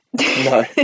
No